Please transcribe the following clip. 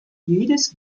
jedes